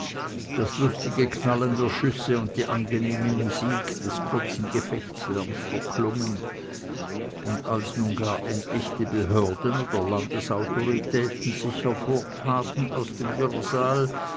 das lustige knallen der schüsse und die angenehme musik des kurzen gefechtlärmens verklungen und als nun gar endlich die behörden oder landesautoritäten sich hervortaten aus dem